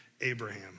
Abraham